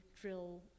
drill